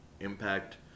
impact